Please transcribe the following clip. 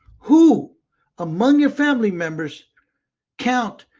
who among your family members count,